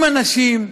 עם הנשים,